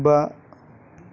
बा